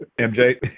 MJ